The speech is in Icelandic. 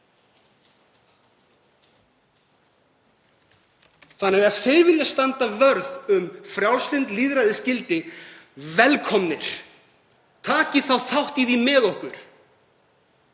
Þannig að ef þeir vilja standa vörð um frjálslynd lýðræðisgildi: Velkomnir. Takið þátt í því með okkur